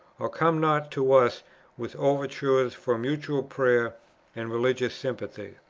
or come not to us with overtures for mutual prayer and religious sympathy.